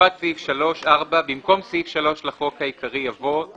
סעיף 3. הצענו על זה.